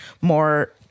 more